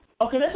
Okay